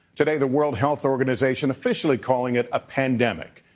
today the world health organization officially calling it a pandemic,